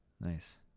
Nice